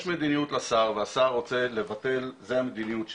יש מדיניות לשר, והשר רוצה לבטל, זו המדיניות שלו.